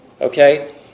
Okay